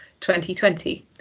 2020